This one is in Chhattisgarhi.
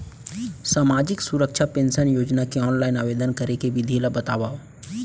सामाजिक सुरक्षा पेंशन योजना के ऑनलाइन आवेदन करे के विधि ला बतावव